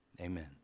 amen